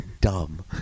dumb